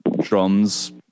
drums